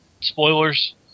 spoilers